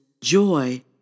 joy